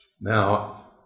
Now